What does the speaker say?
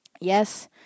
Yes